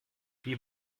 wie